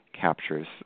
captures